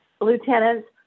lieutenants